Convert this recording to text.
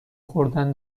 خوردن